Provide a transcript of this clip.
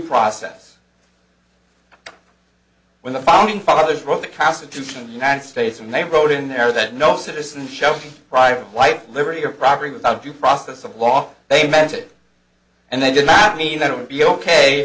process when the founding fathers wrote the constitution united states and they wrote in there that no citizen shouted private life liberty or property without due process of law they meant it and they did not mean that it would be ok